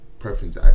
preference